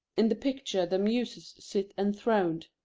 in the picture the muses sit enthroned.